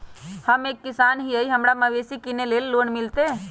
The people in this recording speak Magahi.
हम एक किसान हिए हमरा मवेसी किनैले लोन मिलतै?